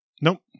Nope